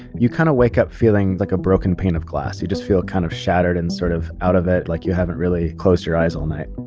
you kind of wake up feeling like a broken pane of glass. you just feel kind of shattered and sort of out of it like you haven't really close your eyes all night